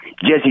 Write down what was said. Jesse